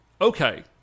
Okay